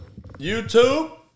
YouTube